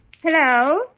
Hello